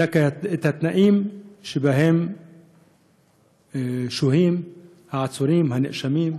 התנאים שבהם שוהים העצורים הנאשמים,